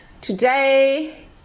today